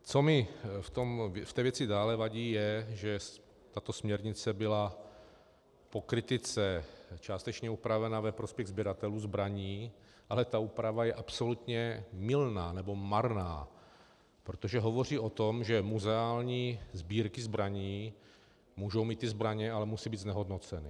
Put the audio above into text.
Co mi v té věci dále vadí, je to, že tato směrnice byla po kritice částečně upravena ve prospěch sběratelů zbraní, ale ta úprava je absolutně mylná nebo marná, protože hovoří o tom, že muzeální sbírky zbraní mohou mít ty zbraně, ale musí být znehodnoceny.